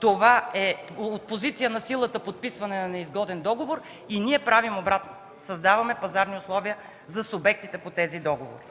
Това е от позиция на силата – подписване на неизгоден договор, и ние правим обратното – създаваме пазарни условия за субектите по тези договори.